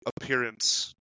appearance